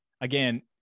again